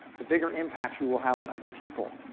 the bigger impact you will have on other people.